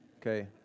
okay